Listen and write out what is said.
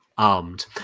Armed